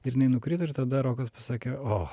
ir jinai nukrito ir tada rokas pasakė o